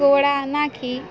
soda નાખી